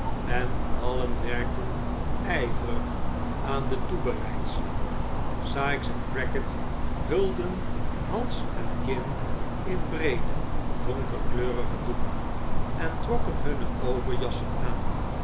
en allen werkten ijverig aan de toebereidselen sikes en crackit hulden hals en kin in breede donkerkleurige doeken en trokken hunne overjassen aan